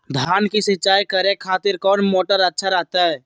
धान की सिंचाई करे खातिर कौन मोटर अच्छा रहतय?